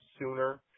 sooner